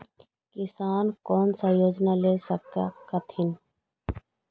किसान कोन सा योजना ले स कथीन?